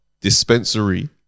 dispensary